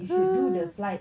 ah